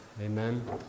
Amen